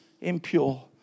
impure